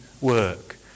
work